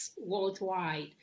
worldwide